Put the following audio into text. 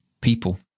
people